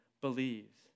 believes